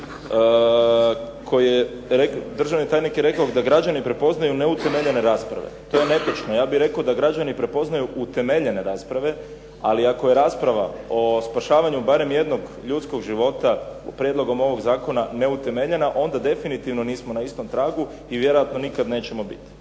koji je, državni tajnik je rekao da građani prepoznaju neutemeljene rasprave. To je netočno. Ja bih rekao da građani prepoznaju utemeljene rasprave, ali ako je rasprava o spašavanju barem jednog ljudskog života prijedlogom ovog zakona neutemeljena, onda definitivno nismo na istom tragu i vjerojatno nikad nećemo biti.